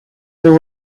there